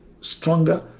stronger